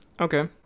Okay